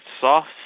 soft